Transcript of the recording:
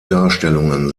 darstellungen